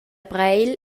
breil